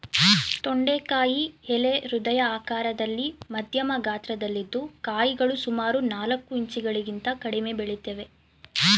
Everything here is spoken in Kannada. ತೊಂಡೆಕಾಯಿ ಎಲೆ ಹೃದಯ ಆಕಾರದಲ್ಲಿ ಮಧ್ಯಮ ಗಾತ್ರದಲ್ಲಿದ್ದು ಕಾಯಿಗಳು ಸುಮಾರು ನಾಲ್ಕು ಇಂಚುಗಳಿಗಿಂತ ಕಡಿಮೆ ಬೆಳಿತವೆ